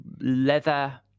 leather